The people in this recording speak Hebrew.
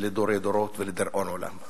לדורי דורות ולדיראון עולם.